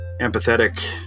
empathetic